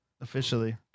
officially